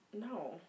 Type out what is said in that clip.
No